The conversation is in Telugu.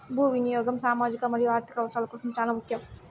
భూ వినియాగం సామాజిక మరియు ఆర్ధిక అవసరాల కోసం చానా ముఖ్యం